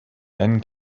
then